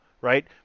right